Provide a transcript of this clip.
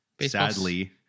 sadly